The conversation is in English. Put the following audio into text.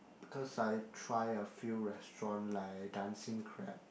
because I try a few restaurant like Dancing-Crab